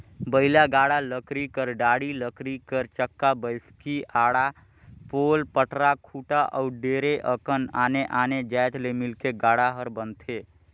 बइला गाड़ा लकरी कर डाड़ी, लकरी कर चक्का, बैसकी, आड़ा, पोल, पटरा, खूटा अउ ढेरे अकन आने आने जाएत ले मिलके गाड़ा हर बनथे